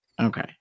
Okay